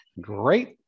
great